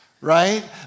right